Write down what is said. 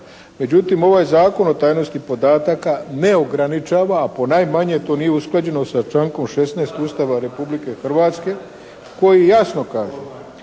Međutim, ovaj Zakon o tajnosti podataka ne ograničava, a ponajmanje to nije usklađeno sa člankom 16. Ustava Republike Hrvatske koji jasno kaže: